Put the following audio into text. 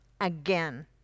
again